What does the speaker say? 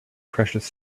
precious